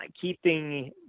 keeping